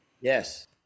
yes